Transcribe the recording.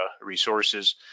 Resources